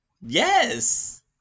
yes